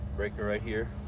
breaker right here.